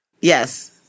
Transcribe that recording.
Yes